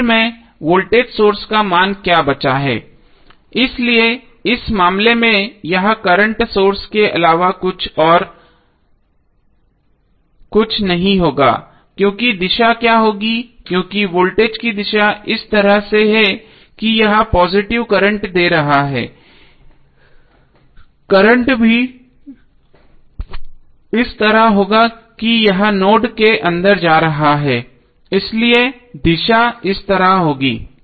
अब आखिर में है वोल्टेज सोर्स का मान क्या बचा है इसलिए इस मामले में यह करंट सोर्स के अलावा और कुछ नहीं होगा क्योंकि दिशा क्या होगी क्योंकि वोल्टेज की दिशा इस तरह से है कि यह पॉजिटिव करंट दे रहा है करंट भी इस तरह से होगा कि यह नोड के अंदर जा रहा है इसलिए दिशा इस तरह होगी